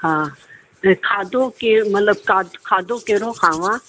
हा ऐं खाधो केर मतिलबु खाद खाधो कहिड़ो खायां